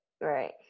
right